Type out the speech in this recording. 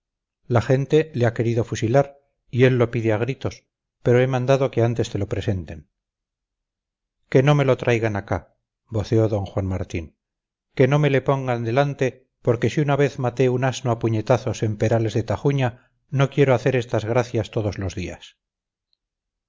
la gente le ha querido fusilar y él lo pide a gritos pero he mandado que antes te lo presenten que no me le traigan acá voceó d juan martín que no me le pongan delante porque si una vez maté un asno a puñetazos en perales de tajuña no quiero hacer estas gracias todos los días